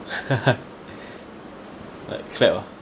right clap ah